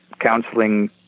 counseling